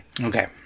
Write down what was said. Okay